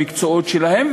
במקצועות שלהם,